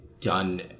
done